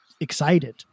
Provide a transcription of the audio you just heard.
excited